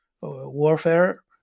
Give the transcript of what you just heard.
warfare